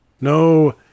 No